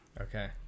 okay